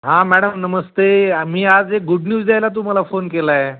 हां मॅडम नमस्ते आ मी आज एक गुड न्युज द्यायला तुम्हाला फोन केला आहे